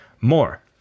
more